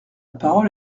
parole